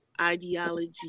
ideology